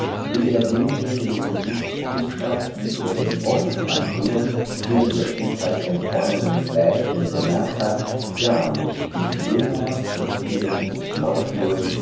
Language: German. will er denjenigen gemütszustand wie er ihn oft an jungen eben der kindheit entronnenen mädchen bemerkt hat gar nicht mit jener artigen